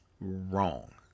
wrong